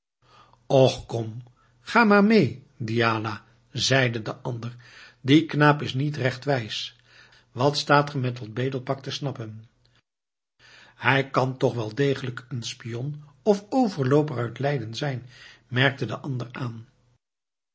kom ga maar meê diala zeide de ander die knaap is niet recht wijs wat staat ge met dat bedelpak te snappen hij kan toch wel degelijk een spion of overlooper uit leiden zijn merkte de ander aan